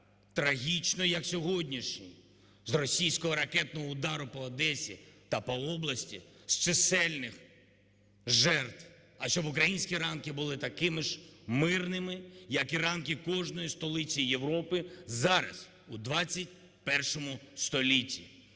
трагічно, як сьогоднішній, з російського ракетного удару по Одесі та по області, з чисельних жертв, а щоб українські ранки були такими ж мирними, як і ранки кожної столиці Європи зараз у ХХІ столітті.